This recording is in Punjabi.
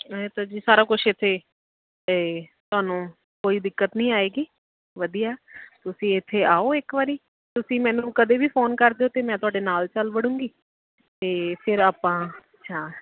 ਇਹ ਤਾਂ ਜੀ ਸਾਰਾ ਕੁਛ ਇੱਥੇ ਅਤੇ ਤੁਹਾਨੂੰ ਕੋਈ ਦਿੱਕਤ ਨਹੀਂ ਆਏਗੀ ਵਧੀਆ ਤੁਸੀਂ ਇੱਥੇ ਆਓ ਇੱਕ ਵਾਰੀ ਤੁਸੀਂ ਮੈਨੂੰ ਕਦੇ ਵੀ ਫੋਨ ਕਰਦੇ ਹੋ ਅਤੇ ਮੈਂ ਤੁਹਾਡੇ ਨਾਲ ਚੱਲ ਵੜੂੰਗੀ ਅਤੇ ਫਿਰ ਆਪਾਂ ਜਾ